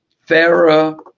fairer